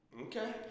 Okay